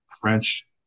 French